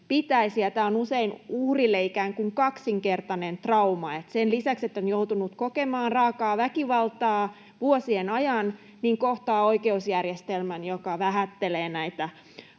tämä on usein uhrille ikään kuin kaksinkertainen trauma, että sen lisäksi, että on joutunut kokemaan raakaa väkivaltaa vuosien ajan, kohtaa oikeusjärjestelmän, joka vähättelee näitä